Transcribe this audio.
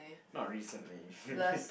not recently